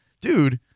dude